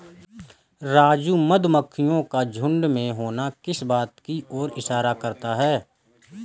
राजू मधुमक्खियों का झुंड में होना किस बात की ओर इशारा करता है?